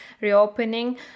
reopening